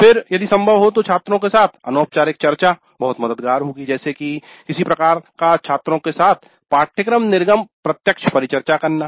फिर यदि संभव हो तो छात्रों के साथ अनौपचारिक चर्चा बहुत मददगार होगी जैसे की किसी प्रकार का छात्रों के साथ पाठ्यक्रम निर्गम प्रत्यक्ष परिचर्चा करना